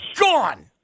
Gone